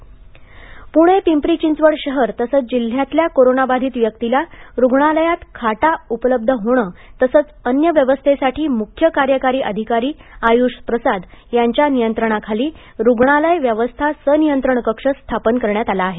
सनियंत्रण कक्ष प्रणे पिंपरी चिंचवड शहर तसंच जिल्ह्यातल्या कोरोनाबाधित व्यक्तीला रुग्णालयात खाटा उपलब्ध होणं तसंच अन्य व्यवस्थेसाठी मुख्य कार्यकारी अधिकारी आयुष प्रसाद यांच्या नियंत्रणाखाली रुग्णालय व्यवस्था सनियंत्रण कक्ष स्थापन करण्यात आला आहे